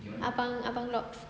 abang abang logs